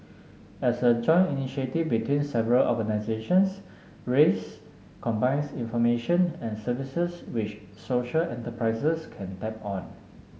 as a joint initiative between several organisations raise combines information and services wish social enterprises can tap on